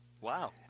Wow